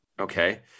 Okay